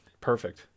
perfect